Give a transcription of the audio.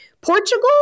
Portugal